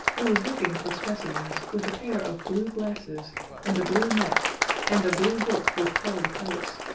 who was looking for specimens with a pair of blue glasses and a blue net and a blue book with colored plates.